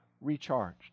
recharged